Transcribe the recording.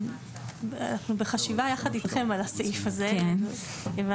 אנחנו בחשיבה יחד אתכם על הסעיף הזה כיוון